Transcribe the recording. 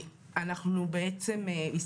ביקשנו לערוך דיון יזום בעקבות מודל השכר